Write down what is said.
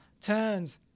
Turns